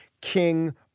king